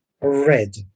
red